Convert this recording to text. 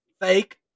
fake